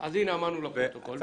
אז הנה אמרנו לפרוטוקול,